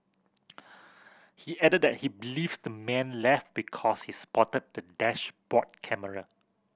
he added that he believes the man left because he spotted the dashboard camera